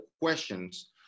questions